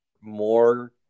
more